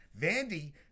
Vandy